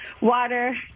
water